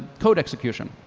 code execution.